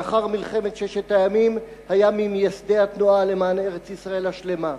לאחר מלחמת ששת הימים היה ממייסדי התנועה למען ארץ-ישראל השלמה.